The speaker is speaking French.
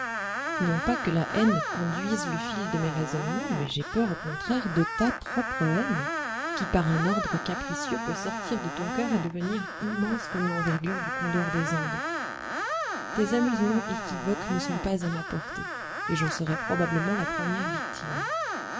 non pas que la haine conduise le fil de mes raisonnements mais j'ai peur au contraire de ta propre haine qui par un ordre capricieux peut sortir de ton coeur et devenir immense comme l'envergure du condor des andes tes amusements équivoques ne sont pas à ma portée et j'en serais probablement la première victime